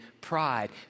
pride